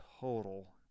total